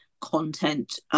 content